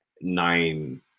nine